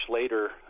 later